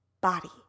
body